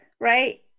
right